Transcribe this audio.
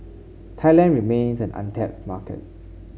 Thailand remains an untapped market